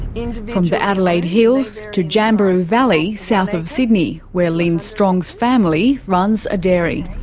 and from the adelaide hills to jamberoo valley south of sydney, where lynne strong's family runs a dairy.